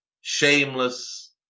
shameless